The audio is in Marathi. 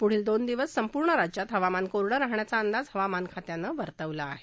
प्ढील दोन दिवस संपूर्ण राज्यात हवामान कोरडं राहण्याचा अंदाज हवामान खात्यानं वर्तवला आहे